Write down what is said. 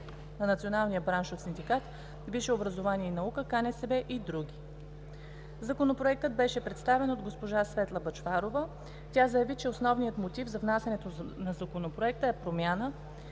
на Националния браншов синдикат „Висше образование и наука“ – КНСБ и др. Законопроектът беше представен от госпожа Светла Бъчварова. Тя заяви, че основният мотив за внасянето на Законопроекта е промяна